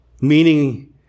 Meaning